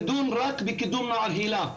במכרז הנוכחי שהתחיל בשנת